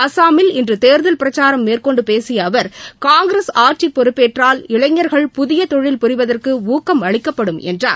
அஸ்ஸாமில் இன்று தேர்தல் பிரச்சாரம் மேற்கொண்டு பேசிய அவர் காங்கிரஸ் ஆட்சிப் பொறுப்பேற்றால் இளைஞர்கள் புதிய தொழில் புரிவதற்கு ஊக்கம் அளிக்கப்படும் என்றார்